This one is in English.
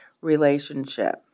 relationship